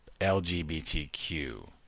LGBTQ